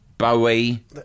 Bowie